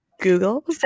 google